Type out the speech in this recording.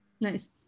Nice